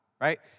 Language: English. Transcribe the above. right